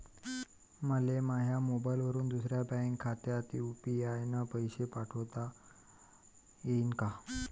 मले माह्या मोबाईलवरून दुसऱ्या बँक खात्यात यू.पी.आय न पैसे पाठोता येईन काय?